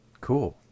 Cool